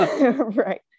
Right